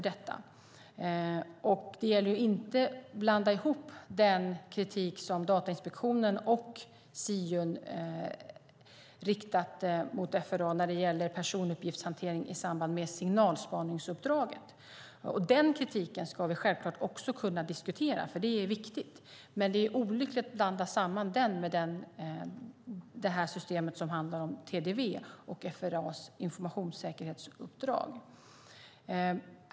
Det gäller att inte blanda ihop den kritik som Datainspektionen och Siun riktat mot FRA när det gäller personuppgiftshantering i samband med signalspaningsuppdraget - en kritik som det givetvis är viktigt att vi diskuterar - med det som handlar om TDV-systemet och FRA:s informationssäkerhetsuppdrag.